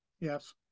Yes